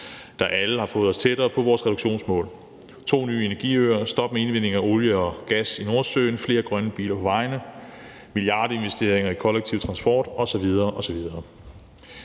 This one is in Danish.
der alle har fået os tættere på vores reduktionsmål: to ny energiøer, stop for indvinding af olie og gas i Nordsøen, flere grønne biler på vejene, milliardinvesteringer i kollektiv transport osv.